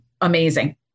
amazing